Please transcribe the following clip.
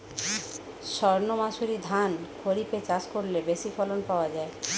সর্ণমাসুরি ধান খরিপে চাষ করলে বেশি ফলন পাওয়া যায়?